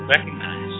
Recognize